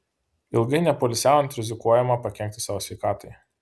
ilgai nepoilsiaujant rizikuojama pakenkti savo sveikatai